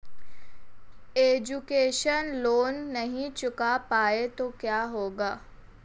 Education loan नहीं चुका पाए तो क्या होगा?